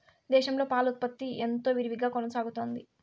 దేశంలో పాల ఉత్పత్తి ఎంతో విరివిగా కొనసాగుతోంది